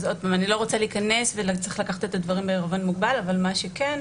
אז אני לא רוצה להיכנס וצריך לקחת את הדברים בעירבון מוגבל אבל מה שכן,